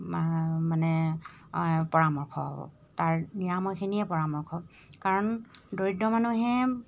মানে পৰামৰ্শ হ'ব তাৰ নিৰাময়খিনিয়ে পৰামৰ্শ কাৰণ দৰিদ্ৰ মানুহে